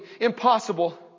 impossible